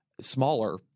smaller